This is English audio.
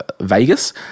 Vegas